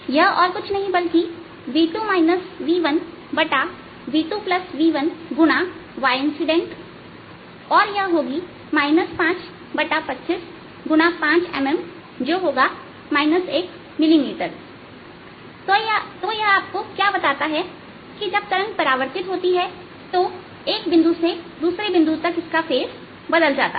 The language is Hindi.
यह और कुछ नहीं बल्कि v2 v1v2v1 yincidentऔर यह होगी 525x 5 mm जो होगा 1 मिलीमीटर तो यह आपको क्या बताता है कि जब तरंग परावर्तित होती है तो एक बिंदु से दूसरे बिंदु तक इसका फेज बदल जाता है